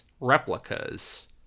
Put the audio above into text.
Replicas